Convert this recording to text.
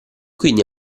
quindi